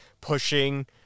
pushing –